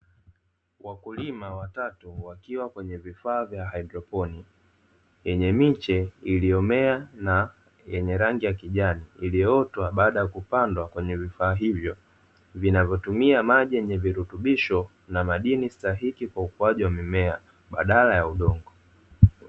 Wakulima watatu wakiwa kwenye vifaa vya haidroponi yenye miche iliyomea na yenye rangi ya kijani iliyoota baada ya kupandwa kwenye vifaa hivyo, vinavyotumia maji yenye virutubisho na madini stahiki kwa ukuaji wa mimea badala ya udongo.